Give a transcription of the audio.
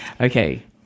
Okay